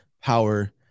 power